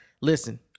Listen